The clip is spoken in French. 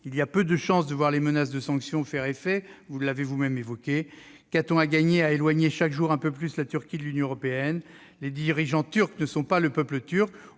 Il y a peu de chances de voir les menaces de sanction faire effet- vous l'avez dit vous-même, madame la secrétaire d'État ! Qu'a-t-on à gagner à éloigner chaque jour un peu plus la Turquie de l'Union européenne ? Les dirigeants turcs ne sont pas le peuple turc